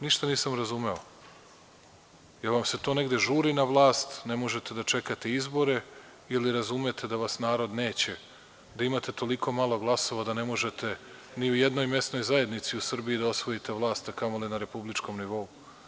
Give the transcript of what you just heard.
Ništa nisam razumeo, jel vam se to negde žuri na vlast, ne možete da čekate izbore ili razumete da vas narod neće, da imate toliko malo glasova da ne možete ni u jednoj mesnoj zajednici u Srbiji da osvojite vlast, a kamoli na Republičkom nivou.